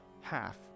half